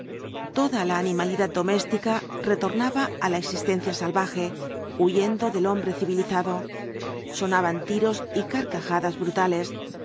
toda la animalidad doméstica retornaba á la existencia salvaje huyendo del hombre civilizado sonaban tiros y carcajadas brutales